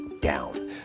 down